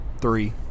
three